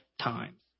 times